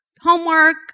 homework